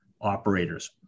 operators